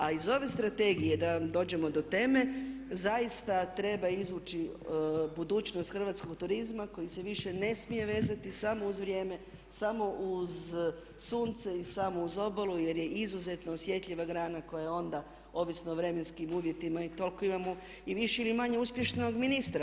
A iz ove strategije da vam dođemo do teme zaista treba izvući budućnost hrvatskog turizma koji se više ne smije vezati samo uz vrijeme, samo uz sunce i samo uz obalu jer je izuzetno osjetljiva grana koja je onda ovisno o vremenskim uvjetima i toliko imamo i više ili manje uspješnog ministra.